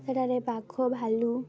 ଏଠାରେ ବାଘ ଭାଲୁ